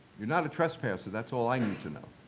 you're not a trespasser, that's all i mean to know,